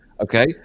Okay